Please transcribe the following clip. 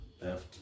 left